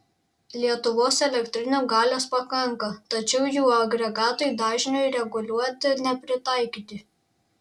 lietuvos elektrinių galios pakanka tačiau jų agregatai dažniui reguliuoti nepritaikyti